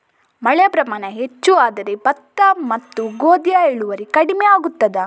ಮಳೆಯ ಪ್ರಮಾಣ ಹೆಚ್ಚು ಆದರೆ ಭತ್ತ ಮತ್ತು ಗೋಧಿಯ ಇಳುವರಿ ಕಡಿಮೆ ಆಗುತ್ತದಾ?